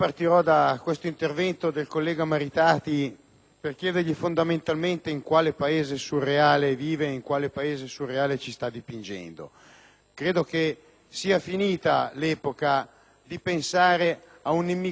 Il discorso delle ronde a cui il collega alludeva prima non nasce da una volontà della Lega scollegata dalla realtà, ma da una precisa esigenza il territorio. È il Paese che ci chiede e ci urla un bisogno di sicurezza,